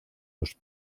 los